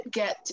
get